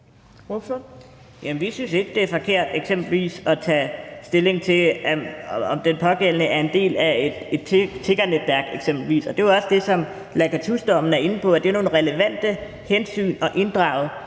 vi synes ikke, det er forkert at tage stilling til, om den pågældende er en del af et tiggernetværk eksempelvis, og det er også det, Lacatusdommen er inde på, altså at det er nogle relevante hensyn at inddrage